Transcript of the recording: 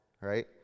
right